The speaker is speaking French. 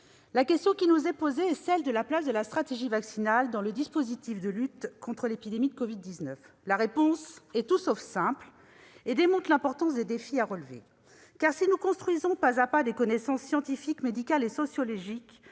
La question qui nous est posée est celle de la place de la stratégie vaccinale dans le dispositif de lutte contre l'épidémie de covid-19. La réponse est tout sauf simple, ce qui démontre l'importance des défis à relever. En effet, si nous construisons pas à pas des connaissances scientifiques, médicales et sociologiques,